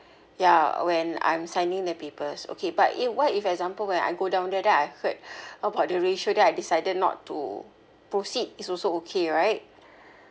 ya when I'm signing the papers okay but if what if example when I go down there then I heard about the ratio then I decided not to proceed it's also okay right